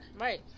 Right